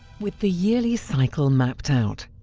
with the yearly cycle mapped out,